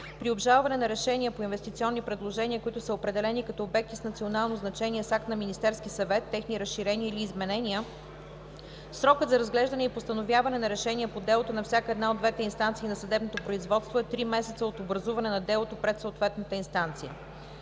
При обжалване на решения по инвестиционни предложения, които са определени като обекти с национално значение с акт на Министерски съвет, техни разширения или изменения, срокът за разглеждане и постановяване на решение по делото на всяка една от двете инстанции на съдебното производство, е три месеца от образуване на делото пред съответната инстанция.“;